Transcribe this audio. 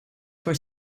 for